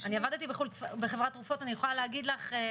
אני יכולה לומר לך.